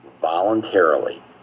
voluntarily